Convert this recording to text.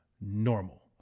normal